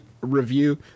review